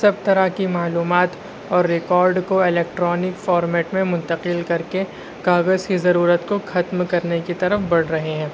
سب طرح کی معلومات اور ریکارڈ کو الیکٹرانک فارمیٹ میں منتقل کر کے کاغذ کی ضرورت کو کھتم کرنے کی طرف بڑھ رہے ہیں